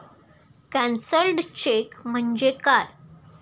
Cancelled cheque म्हणजे काय?